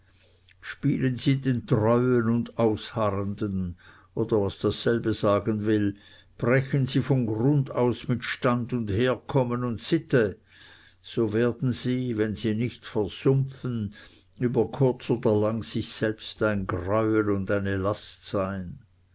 spielen sie den treuen und ausharrenden oder was dasselbe sagen will brechen sie von grund aus mit stand und herkommen und sitte so werden sie wenn sie nicht versumpfen über kurz oder lang sich selbst ein greuel und eine last sein